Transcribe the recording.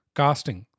casting